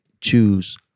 choose